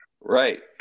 Right